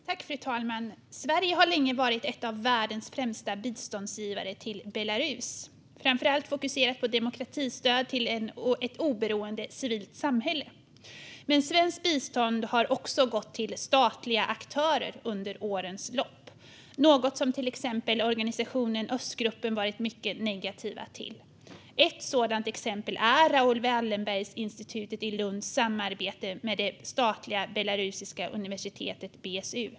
Fru talman! Sverige har länge varit en av världens främsta biståndsgivare till Belarus, framför allt fokuserat på demokratistöd till ett oberoende civilsamhälle. Men svenskt bistånd har också gått till statliga aktörer under årens lopp, något som till exempel organisationen Östgruppen varit mycket negativ till. Ett exempel på detta är Raoul Wallenberg Institute i Lunds samarbete med det statliga belarusiska universitetet BSU.